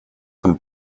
von